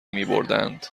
میبردند